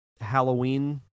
Halloween